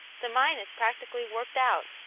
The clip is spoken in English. the mine is practically worked out.